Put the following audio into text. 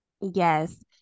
Yes